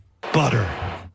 Butter